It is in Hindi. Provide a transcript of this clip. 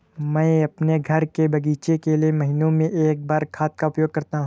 मैं अपने घर के बगीचे के लिए महीने में एक बार खाद का उपयोग करता हूँ